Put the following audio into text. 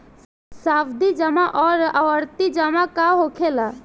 सावधि जमा आउर आवर्ती जमा का होखेला?